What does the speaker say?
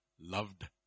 loved